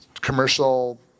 commercial